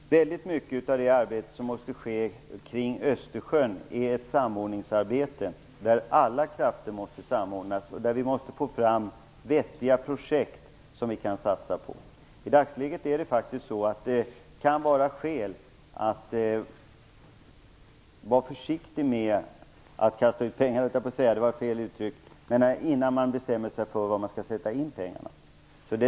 Herr talman! Väldigt mycket av det arbete som måste ske kring Östersjön är ett samordningsarbete. Där måste alla krafter samordnas, och vi måste få fram vettiga projekt att satsa på. I dagsläget kan det vara skäl att vara försiktig med att bestämma sig för var man skall sätta in pengarna.